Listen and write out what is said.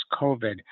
COVID